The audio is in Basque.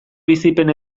bizipen